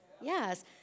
Yes